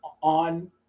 on